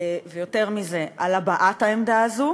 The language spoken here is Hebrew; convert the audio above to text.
ויותר מזה, על הבעת העמדה הזאת